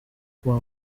kuwa